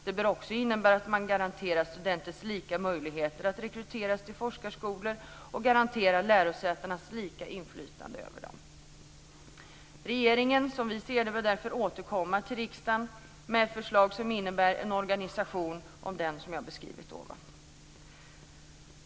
Det bör också innebära att man garanterar lärosätenas möjligheter att rekrytera till forskarskolor och lärosätenas lika inflytande över dem. Regeringen bör därför återkomma till riksdagen med förslag som innebär en organisation enligt vad jag beskrivit ovan.